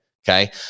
okay